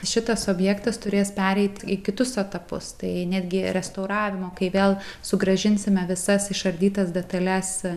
šitas objektas turės pereit į kitus etapus tai netgi restauravimo kai vėl sugrąžinsime visas išardytas detales